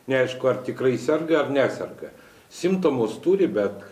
neaišku ar tikrai serga ar neserga simptomus turi bet